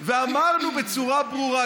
אמרנו בצורה ברורה,